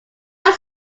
are